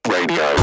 Radio